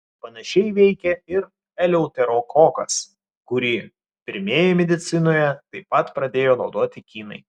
panašiai veikia ir eleuterokokas kurį pirmieji medicinoje taip pat pradėjo naudoti kinai